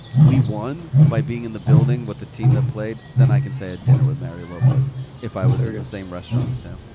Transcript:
we won, by being in the building with the team that played, then i can say i had dinner with mario lopez if i was in sort of the same restaurant as him,